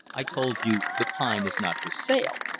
i told you the pine is not for sale,